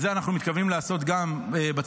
את זה אנחנו מתכוונים לעשות גם בצפון,